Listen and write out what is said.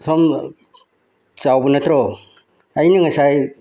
ꯁꯣꯝ ꯆꯥꯎꯕ ꯅꯠꯇ꯭ꯔꯣ ꯑꯩꯅ ꯉꯁꯥꯏ